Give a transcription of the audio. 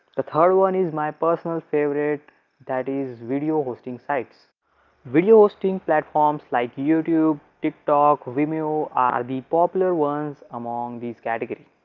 the third one is mypersonal favorite that is video hosting sites video hosting platforms like youtube, tik-tok, vimeo are the popular ones among these category.